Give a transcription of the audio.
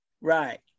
Right